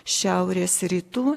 šiaurės rytų